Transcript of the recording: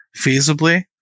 feasibly